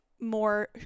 more